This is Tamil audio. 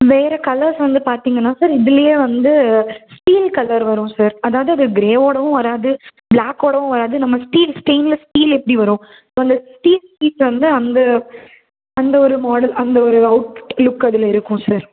வேறு கலர்ஸ் வந்து பார்த்தீங்கன்னா சார் இதிலயே வந்து ஸ்டில் கலர் வரும் சார் அதாவது அது ஒரு க்ரேவோடவும் வராது ப்ளாக்கோடவும் வராது நம்ம ஸ்டீல் ஸ்டைன்லெஸ் ஸ்டீல் எப்படி வரும் அந்த ஸ்டீல் ஸ்டீல் வந்து அந்த அந்த ஒரு மாடல் அந்த ஒரு அவுட் லுக் அதில் இருக்கும் சார்